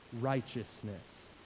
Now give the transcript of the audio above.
righteousness